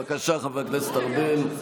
בבקשה, חבר הכנסת ארבל.